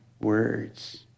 words